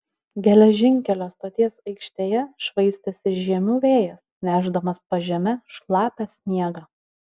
geležinkelio stoties aikštėje švaistėsi žiemių vėjas nešdamas pažeme šlapią sniegą